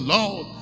Lord